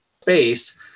space